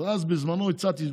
אז בזמנו הצעתי,